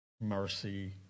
Mercy